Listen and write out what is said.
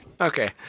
okay